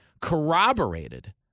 Corroborated